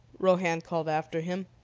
rohan called after him.